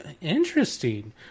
interesting